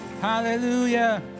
hallelujah